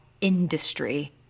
industry